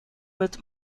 with